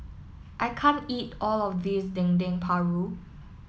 I can't eat all of this Dendeng Paru